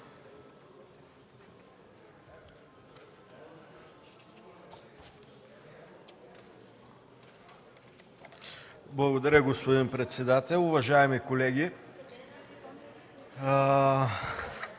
Благодаря, господин председател. Уважаема госпожо